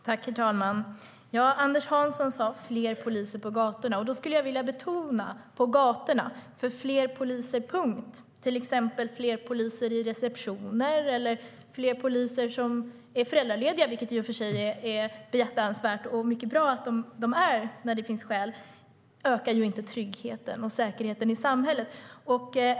Herr ålderspresident! Anders Hansson pratade om fler poliser på gatorna, och då skulle jag vilja betona på gatorna . Bara fler poliser, till exempel fler poliser i receptioner eller fler poliser som är föräldralediga, ökar ju inte tryggheten och säkerheten i samhället, även om det naturligtvis i och för sig är behjärtansvärt och mycket bra att poliser är föräldralediga när det finns skäl.